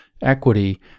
equity